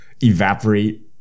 evaporate